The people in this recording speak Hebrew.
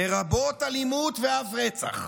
לרבות אלימות ואף רצח.